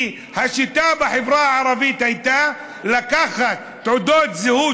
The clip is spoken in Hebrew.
כי השיטה בחברה הערבית הייתה לקחת תעודות זהות